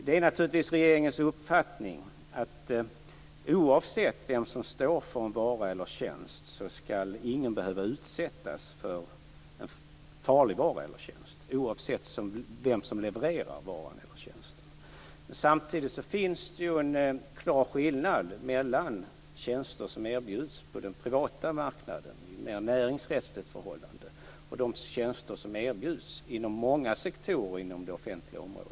Det är naturligtvis regeringens uppfattning att ingen, oavsett vem som står för en vara eller en tjänst, skall behöva utsättas för en farlig vara eller tjänst oberoende av vem som levererar varan eller tjänsten. Samtidigt finns det en klar skillnad mellan tjänster som erbjuds på den privata marknaden i ett näringsrättsligt förhållande och de tjänster som erbjuds inom många sektorer i det offentliga området.